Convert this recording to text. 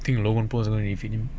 think logan paul will defeat him